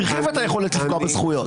שהרחיבה את היכולת לפגוע בזכויות.